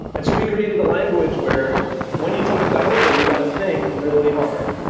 and so we created a language where when you talk about order, you got to think really hard.